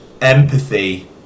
empathy